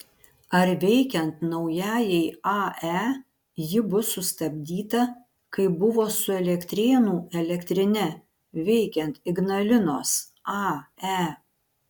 ar veikiant naujajai ae ji bus sustabdyta kaip buvo su elektrėnų elektrine veikiant ignalinos ae